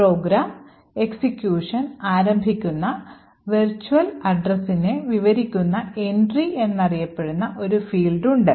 programme execution ആരംഭിക്കുന്ന virtual addressനെ വിവരിക്കുന്ന Entry എന്നറിയപ്പെടുന്ന ഒരു field ഉണ്ട്